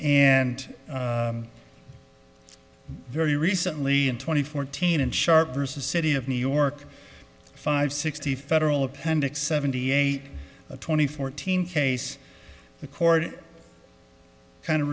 and very recently in twenty fourteen and sharp versus city of new york five sixty federal appendix seventy eight twenty fourteen case the court kind of